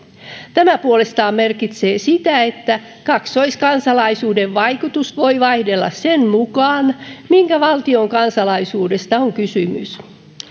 tämä puolestaan merkitsee sitä että kaksoiskansalaisuuden vaikutus voi vaihdella sen mukaan minkä valtion kansalaisuudesta on kysymys